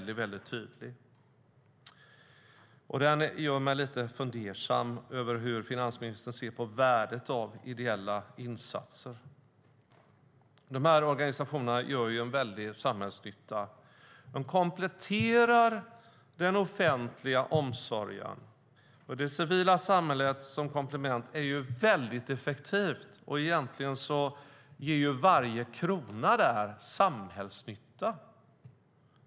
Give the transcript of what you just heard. Den är väldigt tydlig, och den gör mig lite fundersam. Hur ser finansministern på värdet av ideella insatser? De här organisationerna gör en väldig samhällsnytta. De kompletterar den offentliga omsorgen, och det civila samhället som komplement är väldigt effektivt. Egentligen gör varje krona där samhällsnytta.